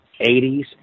80s